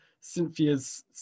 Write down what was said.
Cynthia's